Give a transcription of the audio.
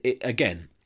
again